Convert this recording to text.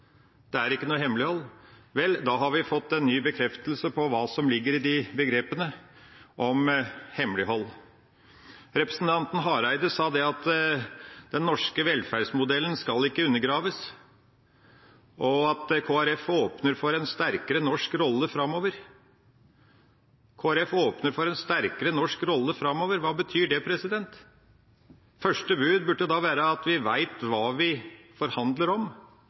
det er ikke noe hemmelighold. Vel, da har vi fått en ny bekreftelse på hva som ligger i begrepet hemmelighold. Representanten Hareide sa at den norske velferdsmodellen ikke skal undergraves, og at Kristelig Folkeparti åpner for en sterkere norsk rolle framover. Kristelig Folkeparti åpner for en sterkere norsk rolle framover – hva betyr det? Første bud burde da være at vi vet hva vi forhandler om,